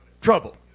trouble